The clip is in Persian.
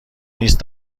نیست